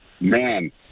man